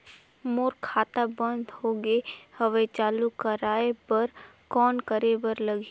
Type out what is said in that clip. मोर खाता बंद हो गे हवय चालू कराय बर कौन करे बर लगही?